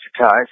ties